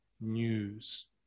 news